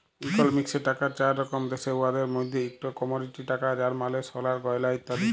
ইকলমিক্সে টাকার চার রকম দ্যাশে, উয়াদের মইধ্যে ইকট কমডিটি টাকা যার মালে সলার গয়লা ইত্যাদি